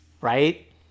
right